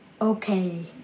Okay